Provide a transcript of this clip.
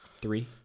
Three